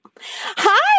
Hi